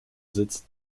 sitzt